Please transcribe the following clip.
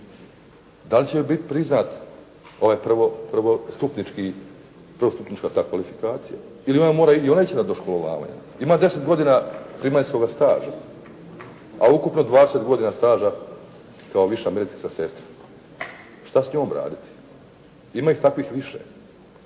Da li će joj biti priznat ovaj prvosupnička kvalifikacija ili ona mora ići na doškolovavanje? Ima 10 godina primaljskoga staža, a ukupno 20 godina staža kao viša medicinska sestra. Što s njom raditi? Ima ih takvih više.